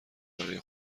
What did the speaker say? برای